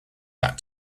back